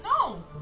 No